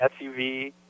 SUV